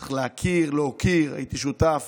צריך להכיר ולהוקיר, הייתי שותף